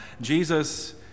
Jesus